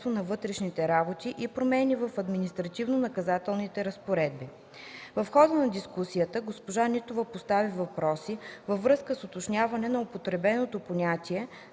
на вътрешните работи и промени в административнонаказателните разпоредби. В хода на дискусията госпожа Нитова постави въпроси във връзка с уточняване на употребеното понятие